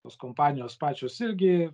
tos kompanijos pačios irgi